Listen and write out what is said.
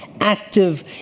active